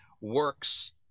works